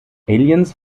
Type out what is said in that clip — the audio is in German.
aliens